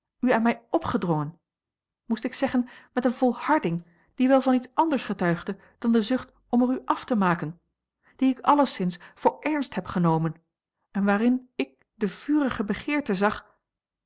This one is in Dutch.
u aan mij opgedrongen moest ik zeggen met eene volharding die wel van iets anders getuigde dan de zucht om er u af te maken die ik alleszins voor ernst heb genomen en waarin ik de vurige begeerte zag